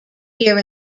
year